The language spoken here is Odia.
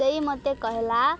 ସେଇ ମୋତେ କହିଲା